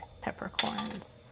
peppercorns